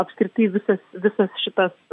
apskritai visas visas šitas